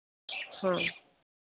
हाँ